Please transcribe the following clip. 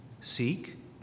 Seek